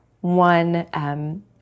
one